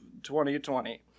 2020